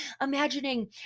imagining –